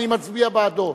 אני מצביע בעדו,